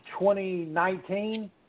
2019